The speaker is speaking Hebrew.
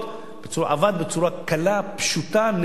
זה עבד בצורה קלה, פשוטה, נהדרת.